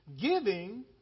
giving